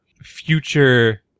future